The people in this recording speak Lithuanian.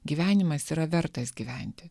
gyvenimas yra vertas gyventi